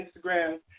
Instagram